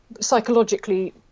psychologically